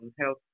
health